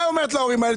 מה אומרת להורים האלה?